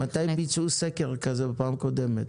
מתי ביצעו סקר כזה בפעם הקודמת?